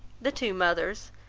the two mothers,